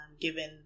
given